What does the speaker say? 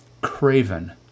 craven